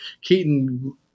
Keaton